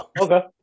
okay